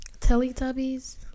Teletubbies